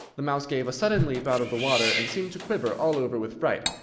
the mouse gave a sudden leap out of the water, and seemed to quiver all over with fright.